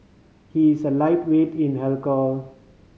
he is a lightweight in alcohol